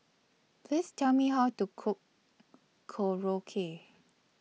Please Tell Me How to Cook Korokke